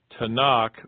Tanakh